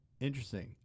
interesting